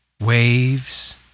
waves